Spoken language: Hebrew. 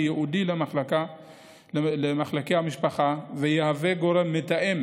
ייעודי למחלקי המשפחה ויהווה גורם מתאם